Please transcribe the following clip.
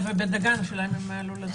אנחנו נדון בזה.